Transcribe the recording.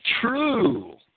true